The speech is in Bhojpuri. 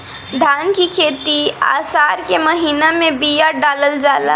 धान की खेती आसार के महीना में बिया डालल जाला?